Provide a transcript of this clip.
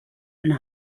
and